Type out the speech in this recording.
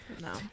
No